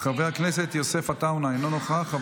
חבר הכנסת ניסים ואטורי,